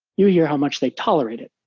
you year how much they tolerate it,